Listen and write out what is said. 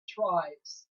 tribes